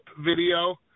video